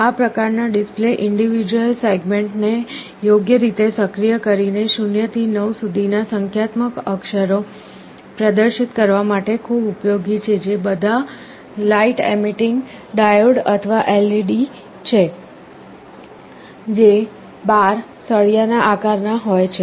આ પ્રકારનાં display individual segments ને યોગ્ય રીતે સક્રિય કરીને 0 થી 9 સુધી ના સંખ્યાત્મક અક્ષરો પ્રદર્શિત કરવા માટે ખૂબ ઉપયોગી છે જે બધા લાઈટ એમીટિંગ ડાયોડ અથવા LED છે જે બાર સળિયા ના આકારના હોય છે